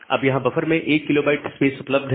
अब यहां बफर में 1 KB स्पेस उपलब्ध है